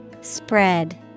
Spread